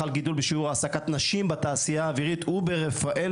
חל גידול בשיעור העסקת נשים בתעשייה האווירית וברפאל,